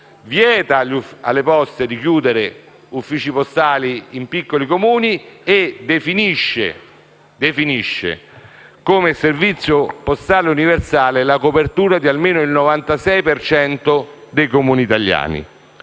vieta alle Poste di chiudere uffici postali in piccoli Comuni e definisce come servizio postale universale la copertura di almeno il 96 per cento dei Comuni italiani.